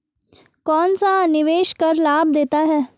कौनसा निवेश कर लाभ देता है?